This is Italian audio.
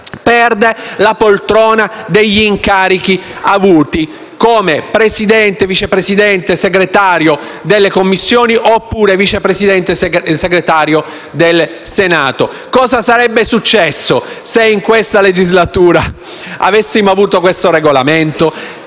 perda la poltrona degli incarichi avuti, come Presidente, Vice Presidente o Segretario delle Commissioni oppure Vice Presidente e Segretario del Senato. Cosa sarebbe successo se in questa legislatura avessimo avuto questo Regolamento?